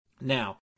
Now